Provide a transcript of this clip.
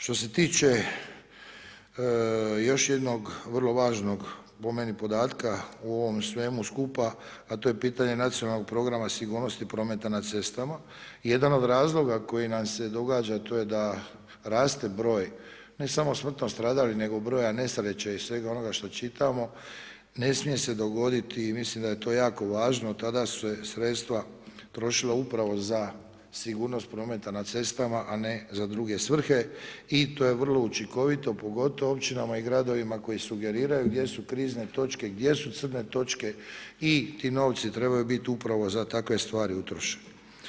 Što se tiče još jednog vrlo važno po meni podatka u ovom svemu skupa a to je pitanje nacionalnog programa sigurnosti prometa na cestama, jedan od razloga koji nam se događa, a to je da raste broj ne samo smrtno stradalih nego broja nesreća i svega onoga što čitamo, ne smije se dogoditi i mislim da je to jako važno, tada su se sredstva trošila upravo za sigurnost prometa na cestama a ne za druge svrhe i to je vrlo učinkovito pogotovo općinama i gradovima koji sugeriraju gdje su krizne točke, gdje su srne točke i ti novci trebaju biti upravo za takve stvari utrošene.